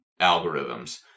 algorithms